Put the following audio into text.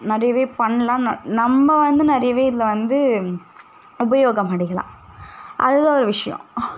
நிறையவே பண்ணலாம் ந நம்ம வந்து நிறையவே இதில் வந்து உபயோகம் அடையலாம் அது ஒரு விஷயம்